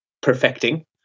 perfecting